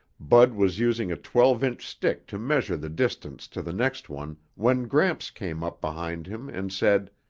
bud was using a twelve-inch stick to measure the distance to the next one when gramps came up behind him and said,